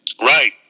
right